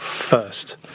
first